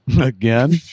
Again